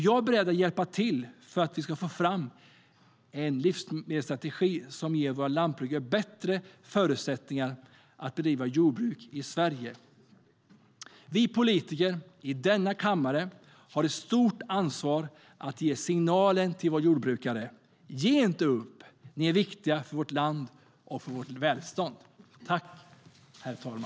Jag är beredd att hjälpa till för att vi ska få fram en livsmedelsstrategi som ger våra lantbrukare bättre förutsättningar att bedriva jordbruk i Sverige.